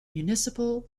municipal